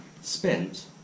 spent